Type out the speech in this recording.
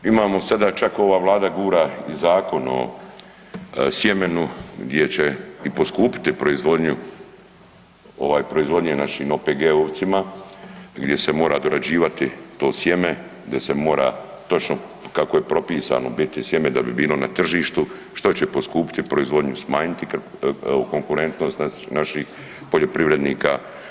Imamo sada čak ova Vlada i gura zakon o sjemenu gdje će i poskupiti proizvodnju, ovaj proizvodnje našim OPG-ovcima gdje se mora dorađivati to sjeme, gdje se mora točno kako je propisano biti sjeme da bi bilo na tržištu što će poskupiti proizvodnju, smanjiti konkurentnost naših poljoprivrednika.